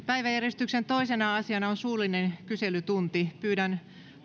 päiväjärjestyksen toisena asiana on suullinen kyselytunti pyydän